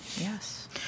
Yes